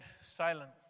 silent